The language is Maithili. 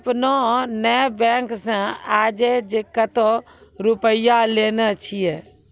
आपने ने बैंक से आजे कतो रुपिया लेने छियि?